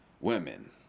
women